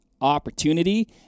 opportunity